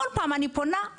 כל פעם שהייתי פונה,